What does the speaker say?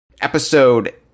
episode